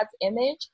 image